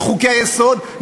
חוקי-היסוד,